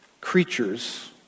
creatures